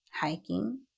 Hiking